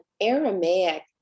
Aramaic